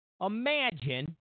imagine